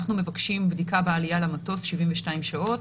אנחנו מבקשים בדיקה בעלייה למטוס, 72 שעות.